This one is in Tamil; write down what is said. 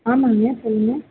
ஆமாம்ங்க சொல்லுங்கள்